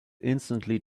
instantly